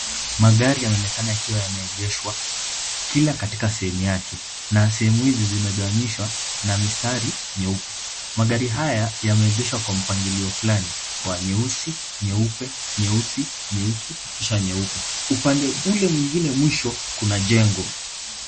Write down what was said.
Magari yanaonekana ikiwa yameegeshwa. Kila katika sehemu yake, na sehemu hizi zime gawanyishwa na mistari nyeupe. Magari haya yameegeshwa kwa mpangilio fulani, wa nyeusi, nyeupe, nyeusi, nyeusi, kisha nyeupe. Upande ule mwingine mwisho kuna jengo.